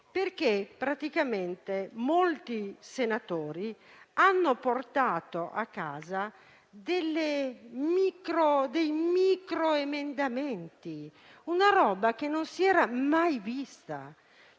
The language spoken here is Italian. perché, praticamente, molti senatori hanno portato a casa dei micro emendamenti: qualcosa che non si era mai visto.